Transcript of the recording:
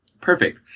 perfect